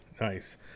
nice